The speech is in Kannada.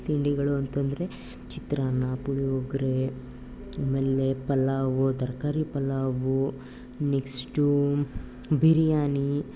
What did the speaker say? ತಿಂಡಿಗಳು ಅಂತ ಅಂದ್ರೆ ಚಿತ್ರಾನ್ನ ಪುಳಿಯೋಗರೆ ಆಮೇಲೆ ಪಲಾವು ತರಕಾರಿ ಪಲಾವು ನೆಕ್ಸ್ಟು ಬಿರಿಯಾನಿ